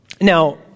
Now